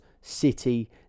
City